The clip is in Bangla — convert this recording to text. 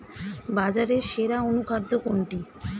বাজারে সেরা অনুখাদ্য কোনটি?